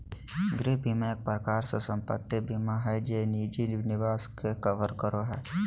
गृह बीमा एक प्रकार से सम्पत्ति बीमा हय जे निजी निवास के कवर करो हय